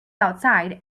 outside